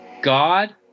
God